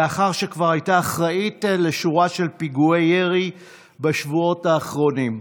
לאחר שכבר הייתה אחראית לשורה של פיגועי ירי בשבועות האחרונים.